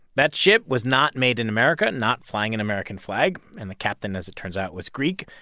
that ship was not made in america, not flying an american flag, and the captain, as it turns out, was greek.